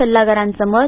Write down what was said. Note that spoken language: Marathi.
सल्लागारांचं मत